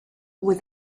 with